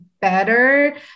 better